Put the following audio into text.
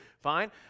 Fine